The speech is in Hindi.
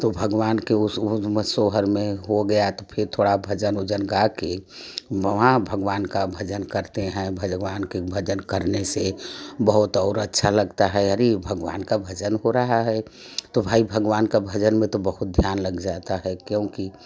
तो भगवान के उस ब सोहर में हो गया तो फिर भजन उजन गा कर वहाँ भगवान का भजन करते हैँ भगवान के भजन करने से बहुत और अच्छा लगता है अरी भगवान का भजन हो रहा है तो भाई भगवान का भजन में तो बहुत ध्यान लग जाता है क्योंकि